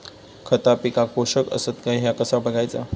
खता पिकाक पोषक आसत काय ह्या कसा बगायचा?